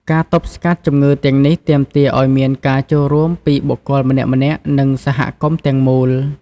ការទប់ស្កាត់ជំងឺទាំងនេះទាមទារឲ្យមានការចូលរួមពីបុគ្គលម្នាក់ៗ និងសហគមន៍ទាំងមូល។